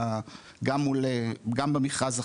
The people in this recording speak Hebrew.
גם במכרז,